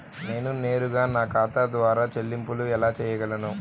నేను నేరుగా నా ఖాతా ద్వారా చెల్లింపులు ఎలా చేయగలను?